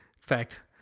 fact